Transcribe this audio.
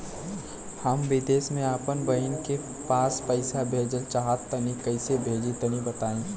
हम विदेस मे आपन बहिन के पास पईसा भेजल चाहऽ तनि कईसे भेजि तनि बताई?